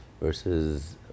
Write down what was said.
Versus